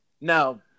No